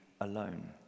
alone